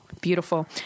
beautiful